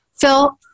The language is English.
Phil